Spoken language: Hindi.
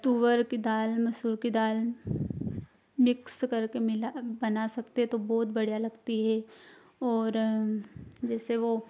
तुअर की दाल मसूर की दाल मिक्स करके मिला बना सकते तो बहुत बढ़िया लगती हे और जैसे वह